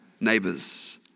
neighbors